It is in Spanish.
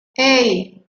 hey